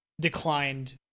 declined